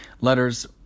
letters